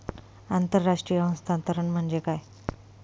आंतरराष्ट्रीय हस्तांतरण म्हणजे काय?